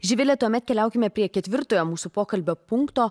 živile tuomet keliaukime prie ketvirtojo mūsų pokalbio punkto